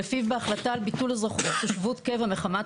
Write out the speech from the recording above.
שלפיו בהחלטה על ביטול תושבות קבע מחמת